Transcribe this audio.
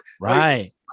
Right